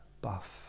buff